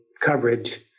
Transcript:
coverage